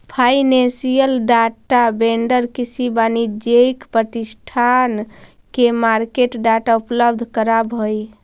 financial data vendor किसी वाणिज्यिक प्रतिष्ठान के मार्केट डाटा उपलब्ध करावऽ हइ